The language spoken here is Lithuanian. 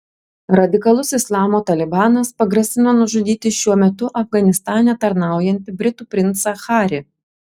radikalus islamo talibanas pagrasino nužudyti šiuo metu afganistane tarnaujantį britų princą harį